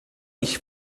ich